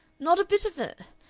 not a bit of it!